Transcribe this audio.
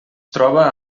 troba